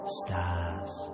stars